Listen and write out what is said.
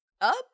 up